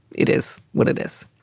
it is what it is